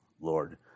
Lord